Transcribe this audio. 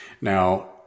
Now